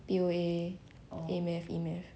P_O_A A math E math